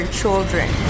children